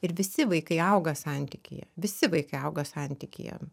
ir visi vaikai auga santykyje visi vaikai auga santykyje